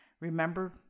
Remember